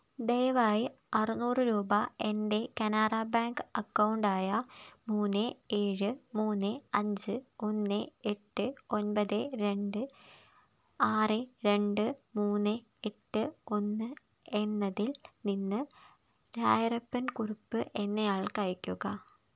ദയവായി അറനൂറ് രൂപ എൻ്റെ കാനറ ബാങ്ക് അക്കൗണ്ട് ആയ മൂന്ന് ഏഴ് മൂന്ന് അഞ്ച് ഒന്ന് എട്ട് ഒൻപത് രണ്ട് ആറ് രണ്ട് മൂന്ന് എട്ട് ഒന്ന് എന്നതിൽ നിന്ന് രായരപ്പൻ കുറുപ്പ് എന്നയാൾക്ക് അയയ്ക്കുക